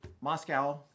Moscow